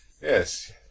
Yes